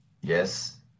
Yes